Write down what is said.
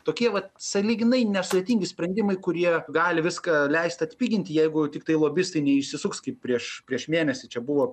tokie vat sąlyginai nesudėtingi sprendimai kurie gali viską leist atpiginti jeigu tiktai lobistai neišsisuks kaip prieš prieš mėnesį čia buvo